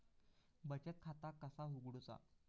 बचत खाता कसा उघडूचा?